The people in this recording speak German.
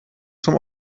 zum